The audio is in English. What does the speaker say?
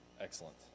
Excellent